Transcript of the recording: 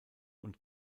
und